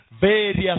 various